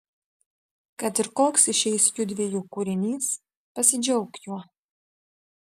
kad ir koks išeis judviejų kūrinys pasidžiauk juo